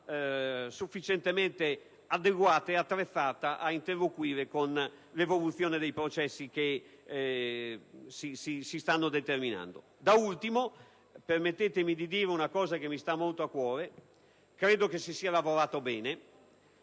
sufficientemente adeguata ed attrezzata ad interloquire con l'evoluzione dei processi che si stanno determinando. Infine, sottolineo un aspetto che mi sta molto a cuore. Credo che si sia lavorato bene.